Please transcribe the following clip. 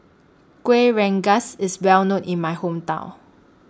Kueh Rengas IS Well known in My Hometown